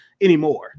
anymore